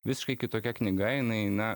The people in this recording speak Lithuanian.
visiškai kitokia knyga jinai na